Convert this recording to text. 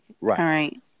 right